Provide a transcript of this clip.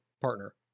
partner